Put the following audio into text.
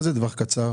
מה זה הטווח הקצר?